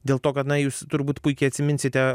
dėl to kad na jūs turbūt puikiai atsiminsite